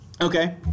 Okay